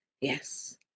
Yes